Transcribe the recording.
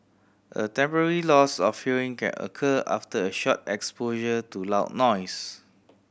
a temporary loss of hearing can occur after a short exposure to loud noise